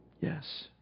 Yes